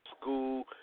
school